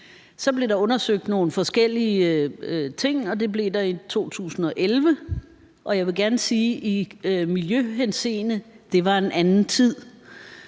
Så blev der undersøgt nogle forskellige ting i 2011, og jeg vil gerne sige, at det i miljøhenseende